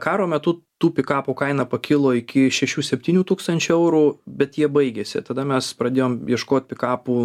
karo metu tų pikapų kaina pakilo iki šešių septynių tūkstančių eurų bet jie baigėsi tada mes pradėjom ieškot pikapų